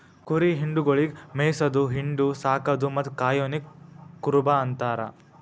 ಕುರಿ ಹಿಂಡುಗೊಳಿಗ್ ಮೇಯಿಸದು, ಹಿಂಡು, ಸಾಕದು ಮತ್ತ್ ಕಾಯೋನಿಗ್ ಕುರುಬ ಅಂತಾರ